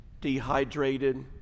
dehydrated